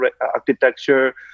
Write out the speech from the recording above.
architecture